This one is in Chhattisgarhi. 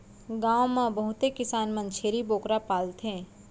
गॉव म बहुते किसान मन छेरी बोकरा पालथें